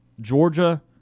Georgia